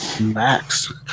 max